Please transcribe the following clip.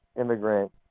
immigrant